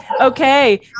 Okay